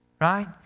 Right